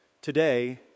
Today